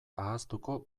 ahaztuko